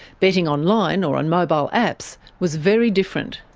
betting online, or on mobile apps, was very different.